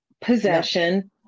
possession